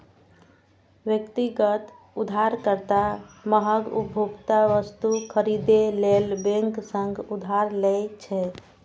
व्यक्तिगत उधारकर्ता महग उपभोक्ता वस्तु खरीदै लेल बैंक सं उधार लै छै